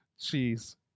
Jeez